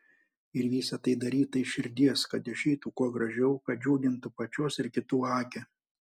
ir visa tai daryta iš širdies kad išeitų kuo gražiau kad džiugintų pačios ir kitų akį